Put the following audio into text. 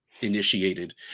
initiated